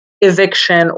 eviction